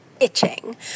itching